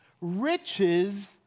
riches